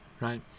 right